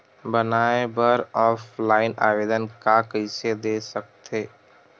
बनाये बर ऑफलाइन आवेदन का कइसे दे थे?